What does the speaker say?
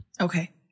Okay